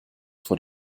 vor